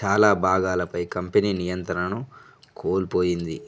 చాలా భాగాలపై కంపెనీ నియంత్రణను కోల్పోయింది